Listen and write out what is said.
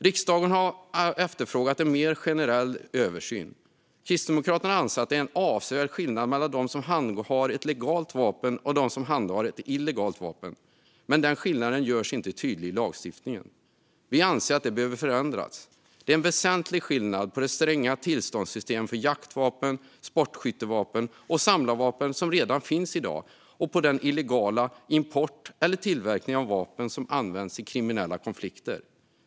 Riksdagen har efterfrågat en mer generell översyn. Kristdemokraterna anser att det är en avsevärd skillnad mellan dem som handhar ett legalt vapen och dem som handhar ett illegalt vapen. Men den skillnaden görs inte tydlig i lagstiftningen. Vi anser att det behöver förändras. Det är en väsentlig skillnad på det stränga tillståndssystem för jaktvapen, sportskyttevapen och samlarvapen som redan finns i dag och den illegala import eller tillverkning av vapen som används i kriminella konflikter.